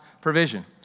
provision